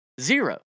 Zero